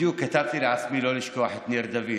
בדיוק כתבתי לעצמי לא לשכוח את ניר דוד,